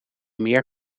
meer